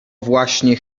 właśnie